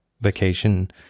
vacation